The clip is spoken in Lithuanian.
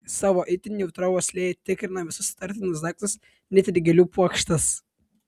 savo itin jautria uosle jie tikrina visus įtartinus daiktus net ir gėlių puokštes